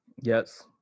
Yes